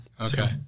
Okay